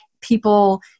people